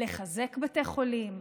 לחזק בתי חולים,